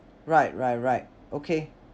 right right right okay